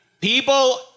people